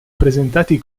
presentati